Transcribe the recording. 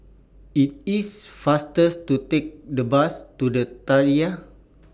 IT IS faster to Take The Bus to The Tiara